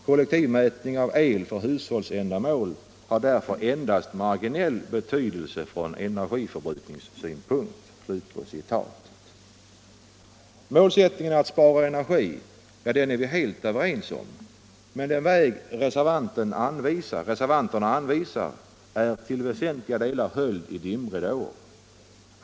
Kollektivmätning av el för hushållsändamål har därför endast marginell betydelse från energiförbrukningssynpunkt.” Målsättningen att spara energi är vi helt överens om. Men den väg reservanterna anvisar är till väsentliga delar höljd i dimridåer.